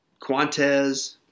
Quantes